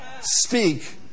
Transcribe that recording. speak